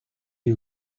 you